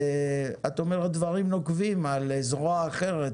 ואת אומרת דברים נוקבים על זרוע אחרת